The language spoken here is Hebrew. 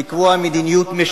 אתה מכין,